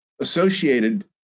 associated